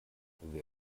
wer